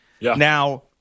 Now